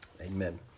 Amen